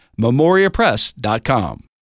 memoriapress.com